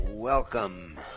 Welcome